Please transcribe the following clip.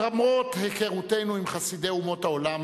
למרות היכרותנו עם חסידי אומות העולם,